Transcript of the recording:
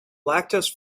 lactose